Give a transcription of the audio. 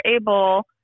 able